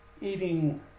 eating